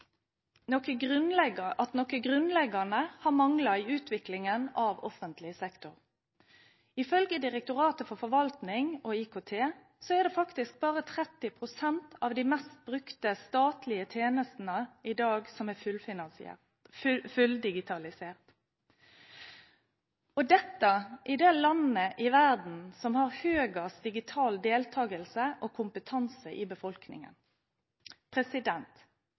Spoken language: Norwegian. noe grunnleggende har manglet i utviklingen av offentlig sektor. Ifølge i Direktoratet for forvaltning og IKT er det faktisk bare 30 pst. av de mest brukte statlige tjenestene i dag som er fulldigitalisert – og dette i det landet i verden som har høyest digital deltakelse og kompetanse i